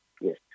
yes